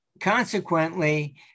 Consequently